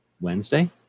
Wednesday